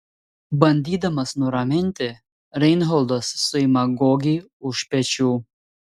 bandydamas nuraminti reinholdas suima gogį už pečių